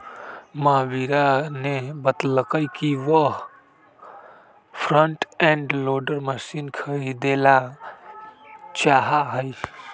महावीरा ने बतल कई कि वह फ्रंट एंड लोडर मशीन खरीदेला चाहा हई